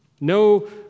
No